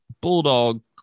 Bulldog